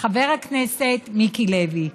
חבר הכנסת מיקי לוי.